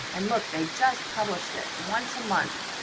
and look, they just published it. once a month,